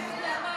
איזה הצבעה?